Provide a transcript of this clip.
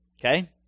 Okay